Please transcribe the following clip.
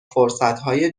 فرصتهای